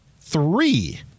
three